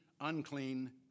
unclean